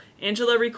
Angela